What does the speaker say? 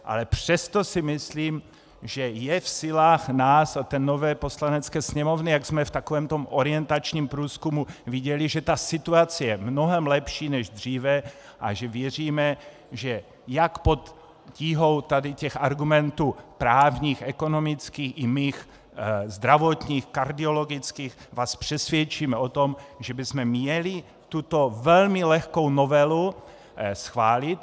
Ale přesto si myslím, že je v silách nás a té nové Poslanecké sněmovny, jak jsme v takovém tom orientačním průzkumu viděli, že ta situace je mnohem lepší než dříve, a věříme, že jak pod tíhou tady těch argumentů právních, ekonomických i mých zdravotních kardiologických vás přesvědčíme o tom, že bychom měli tuto velmi lehkou novelu schválit.